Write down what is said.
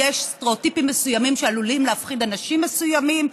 יש סטריאוטיפים מסוימים שעלולים להפחיד אנשים מסוימים,